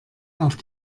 auf